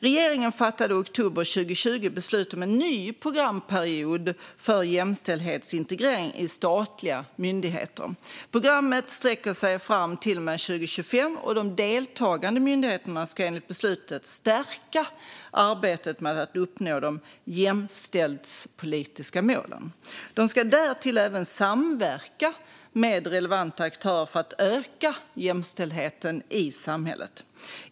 Regeringen fattade i oktober 2020 beslut om en ny programperiod för jämställdhetsintegrering i statliga myndigheter. Programmet sträcker sig fram till och med 2025, och de deltagande myndigheterna ska enligt beslutet stärka arbetet med att uppnå de jämställdhetspolitiska målen. De ska därtill även samverka med relevanta aktörer för att öka jämställdheten i samhället.